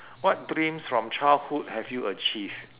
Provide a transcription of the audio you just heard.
what dreams from childhood have you achieved